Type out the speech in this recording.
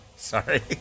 Sorry